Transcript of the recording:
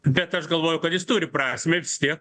bet aš galvoju kad jis turi prasmę vis tiek